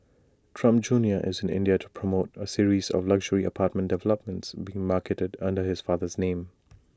Trump junior is in India to promote A series of luxury apartment developments being marketed under his father's name